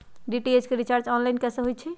DTH के recharge online कैसे होईछई?